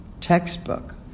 textbook